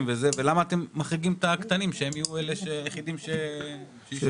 ולמה אתם מחריגים את הקטנים והם יהיו היחידים שימוסו.